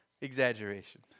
Exaggeration